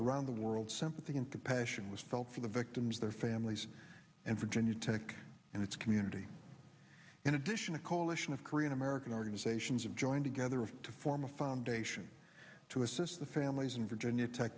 around the world sympathy and compassion was felt for the victims their families and virginia tech and its community in addition a coalition of korean american organizations have joined together to form a foundation to assist the families in virginia tech